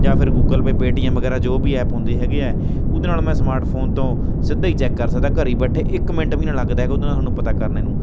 ਜਾਂ ਫਿਰ Google Pay Paytm ਵਗੈਰਾ ਜੋ ਵੀ ਐਪ ਹੁੰਦੇ ਹੈਗੇ ਆ ਉਹਦੇ ਨਾਲ ਮੈਂ ਸਮਾਰਟਫੋਨ ਤੋਂ ਸਿੱਧਾ ਹੀ ਚੈੱਕ ਕਰ ਸਕਦਾ ਘਰ ਹੀ ਬੈਠੇ ਇੱਕ ਮਿੰਟ ਵੀ ਨਾ ਲੱਗਦਾ ਉਹਦੇ ਨਾਲ ਸਾਨੂੰ ਪਤਾ ਕਰਨ ਨੂੰ